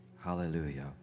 hallelujah